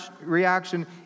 reaction